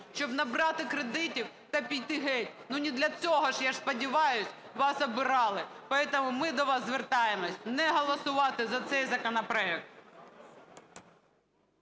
щоб набрати кредитів та піти геть. Ну, не для цього, я сподіваюсь, вас обирали. Тому ми до вас звертаємось не голосувати за цей законопроект.